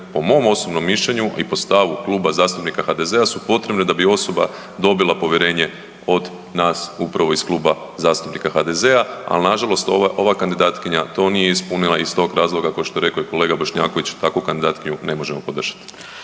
po mom osobnom mišljenju i po stavku Kluba zastupnika HDZ-a su potrebni da bi osoba dobila povjerenje od nas upravo iz Kluba zastupnika HDZ-a ali nažalost ova kandidatkinja to nije ispunila i iz tog razloga ko što je rekao i kolega Bošnjaković, takvu kandidatkinju ne možemo podržat.